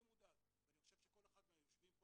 אני מודאג ואני חושב שכל אחד מהיושבים פה